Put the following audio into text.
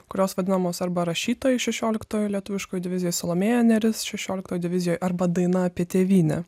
kurios vadinamos arba rašytojai šešioliktojoje lietuviškoj divizijoj salomėja nėris šešioliktoj divizijoj arba daina apie tėvynę